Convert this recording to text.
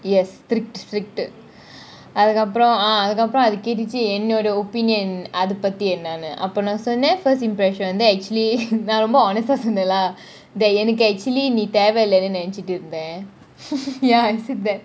yes strict strict அதுக்கு அப்புறம் அதுக்கு அப்புறம் அது கேட்டுச்சு என்னோட :athuku apram athuku apram athu keatuchi ennoda opinion அது பத்தி என்னனு அப்போ நான் சொன்னான் :athu pathi ennanu apo naan sonnan first impression then actually நான் ரொம்ப :naan romba honest eh சொன்னன்ல என்னக்கு :sonanla ennaku actually நீ தேவ இல்லனு நினைச்சிட்டு இருந்தான் :nee theava illanu nenaichitu irunthan ya I said that